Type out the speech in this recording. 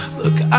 look